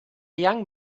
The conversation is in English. young